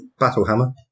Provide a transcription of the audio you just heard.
Battlehammer